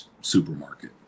supermarket